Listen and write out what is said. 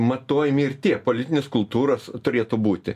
matuojami ir tie politinės kultūros turėtų būti